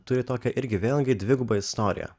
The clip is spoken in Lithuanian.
turi tokią irgi vėlgi dvigubą istoriją